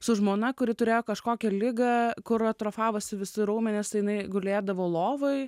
su žmona kuri turėjo kažkokią ligą kur atrofavosi visi raumenys jinai gulėdavo lovoj